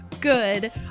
good